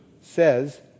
says